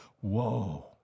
whoa